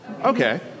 Okay